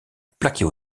plaquer